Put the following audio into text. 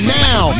now